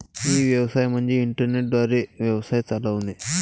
E व्यवसाय म्हणजे internet द्वारे व्यवसाय चालवणे